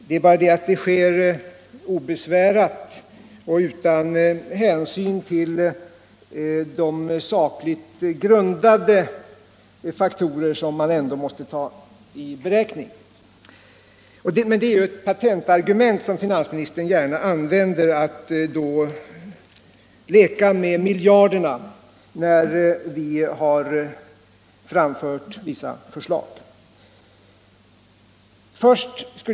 Det sker obesvärat och utan hänsyn till de sakligt grundade faktorer som ändå måste tas med i beräkningen. Det är ett patentargument som finansministern gärna använder att leka med miljarderna när vi har framfört vissa förslag.